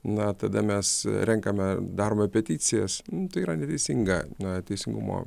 na tada mes renkame darome peticijas tai yra neteisinga na teisingumo